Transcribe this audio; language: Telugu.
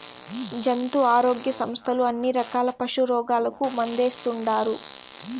జంతు ఆరోగ్య సంస్థలు అన్ని రకాల పశుల రోగాలకు మందేస్తుండారు